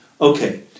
Okay